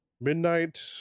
midnight